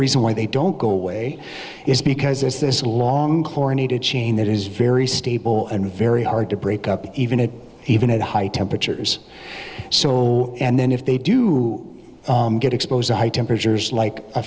reason why they don't go away is because there's this long coronated chain that is very stable and very hard to break up even at even at high temperatures so and then if they do get exposed to high temperatures like a